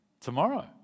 Tomorrow